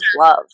love